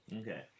Okay